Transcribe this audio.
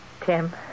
Tim